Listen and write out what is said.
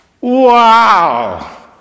Wow